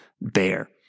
bear